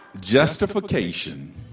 justification